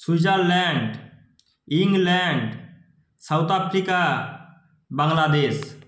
Switzerland England South Africa Bangladesh